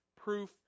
proof